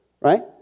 Right